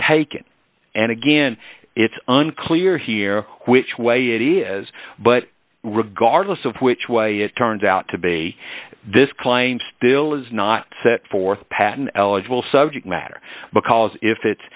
taken and again it's unclear here which way it is but regardless of which way it turns out to be this claim still is not set forth patent eligible subject matter because if it's